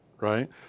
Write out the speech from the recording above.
right